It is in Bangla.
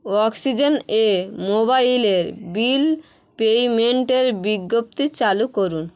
অক্সিজেনে মোবাইলের বিল পেমেন্টের বিজ্ঞপ্তি চালু করুন